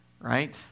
right